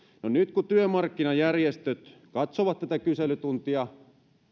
no nyt kun työmarkkinajärjestöt katsovat tätä kyselytuntia